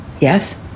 Yes